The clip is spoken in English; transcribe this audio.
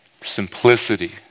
simplicity